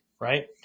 Right